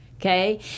Okay